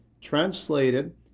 translated